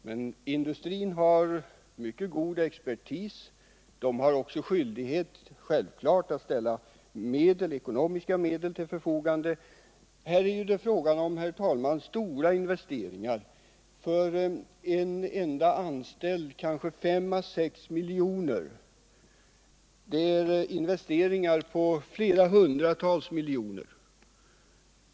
Men industrin har mycket god expertis och har självklart också skyldighet att ställa ekonomiska medel till förfogande. Här är det fråga om stora totala investeringar, för en enda anställd 5-6 miljoner och totalt flera hundra miljoner.